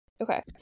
Okay